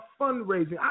fundraising